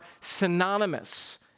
synonymous